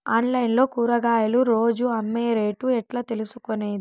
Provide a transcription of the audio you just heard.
Online లో కూరగాయలు రోజు అమ్మే రేటు ఎట్లా తెలుసుకొనేది?